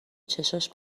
چشاش